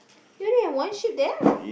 you only have one sheep there